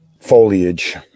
foliage